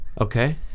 Okay